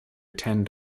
attend